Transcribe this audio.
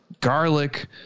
garlic